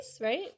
right